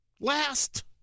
Last